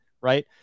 right